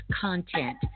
content